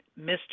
Mr